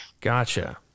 Gotcha